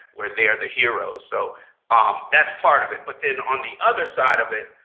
where they're the heroes. so um that's part of it. but then on the other side of it,